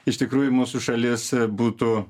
iš tikrųjų mūsų šalis būtų